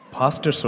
Pastor